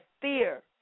fear